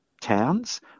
towns